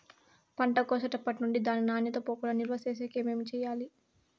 పంట కోసేటప్పటినుండి దాని నాణ్యత పోకుండా నిలువ సేసేకి ఏమేమి చేయాలి?